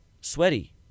sweaty